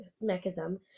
mechanism